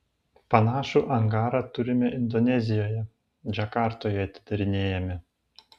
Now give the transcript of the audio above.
panašų angarą turime indonezijoje džakartoje atidarinėjame